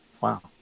Wow